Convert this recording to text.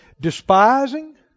Despising